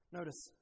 Notice